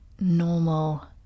normal